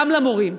גם למורים.